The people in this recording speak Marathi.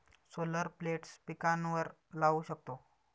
सोलर प्लेट्स पिकांवर लाऊ शकतो